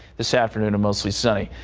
this afternoon, mostly sunny.